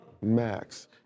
Max